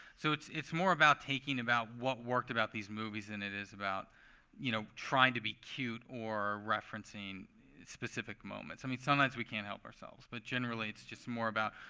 so it's it's more about taking about what worked about these movies than it is about you know trying to be cute or referencing specific moments. i mean, sometimes we can't help ourselves. but generally, it's just more about,